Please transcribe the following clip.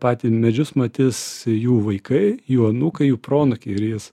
patį medžius matis jų vaikai jų anūkai jų proanūkiai ir jis